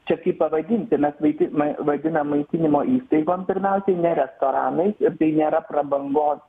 čia kaip pavadinsim mes mati vadinam maitinimo įstaigom pirmiausia ne restoranais ir nėra prabangos